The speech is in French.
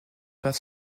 pas